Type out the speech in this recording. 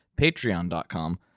Patreon.com